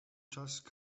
just